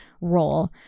role